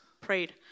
prayed